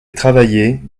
travailler